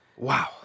Wow